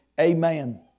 Amen